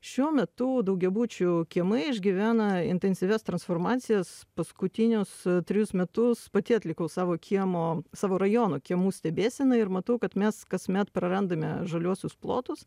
šiuo metu daugiabučių kiemai išgyvena intensyvias transformacijas paskutinius trejus metus pati atlikau savo kiemo savo rajono kiemų stebėseną ir matau kad mes kasmet prarandame žaliuosius plotus